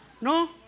No